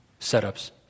setups